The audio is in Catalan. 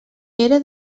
era